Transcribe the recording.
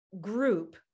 group